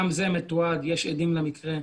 גם זה מתועד ויש עדים למקרה.